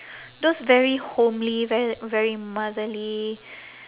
those very homely very very motherly